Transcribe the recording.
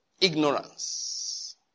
ignorance